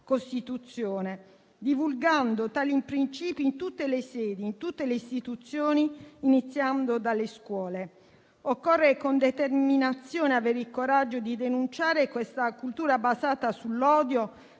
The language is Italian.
Costituzione, divulgando tali principi in tutte le sedi e in tutte le istituzioni, iniziando dalle scuole. Occorre con determinazione avere il coraggio di denunciare questa cultura basata sull'odio,